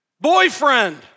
boyfriend